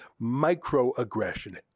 microaggression